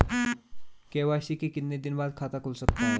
KYC के कितने दिन बाद खाता खुल सकता है?